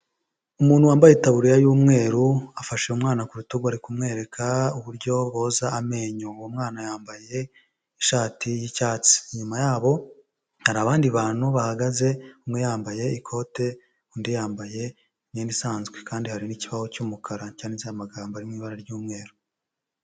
Umuntu wambaye itaburiya y'umweru, afasha uyu umwana ku rutugu, ari kumwereka uburyo boza amenyo, uwo mwana yambaye ishati y'icyatsi, inyuma yabo hari abandi bantu bahagaze, umwe yambaye ikote undi yambaye imyenda isanzwe kandi hari ikibaho cy'mukara cyanditseho amagambo ari mu ibara ry'umweru.